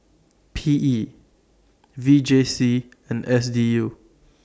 P E V J C and S D U